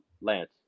Lance